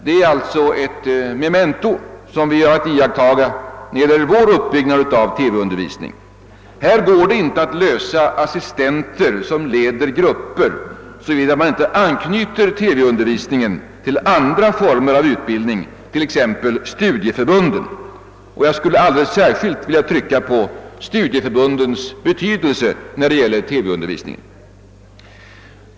Det är alltså ett memento som vi har att iakttaga när det gäller vår uppbyggnad av TV-undervisning. Här går det inte att utbilda assistenter som leder grupper, såvida man inte anknyter TV-undervisningen till andra former av utbildningen, t.ex. studieförbunden, och jag skulle alldeles särskilt vilja trycka på studieförbundens betydelse när det gäller TV-undervisningen.